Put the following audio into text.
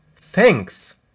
thanks